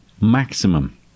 maximum